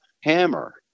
hammer